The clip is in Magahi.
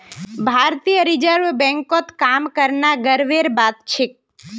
भारतीय रिजर्व बैंकत काम करना गर्वेर बात छेक